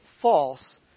false